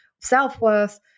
self-worth